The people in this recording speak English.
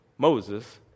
Moses